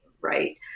right